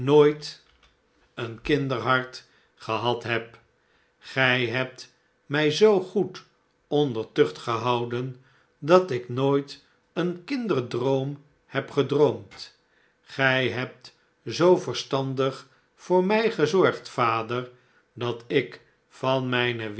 een kinderhart gehad heb gij hebt mij zoo goed onder tucht gehouden dat ik nooit een kinderdroom heb gedroomd gij hebt zoo verstandig voor mij gezorgd vader dat ik van mijne